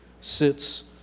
sits